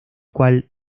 cual